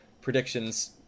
predictions